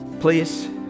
Please